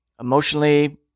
emotionally